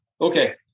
Okay